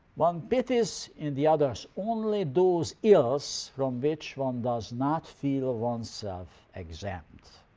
one pities in the others only those ills from which one does not feel oneself exempt.